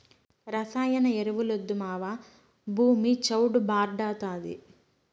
రసాయన ఎరువులొద్దు మావా, భూమి చౌడు భార్డాతాది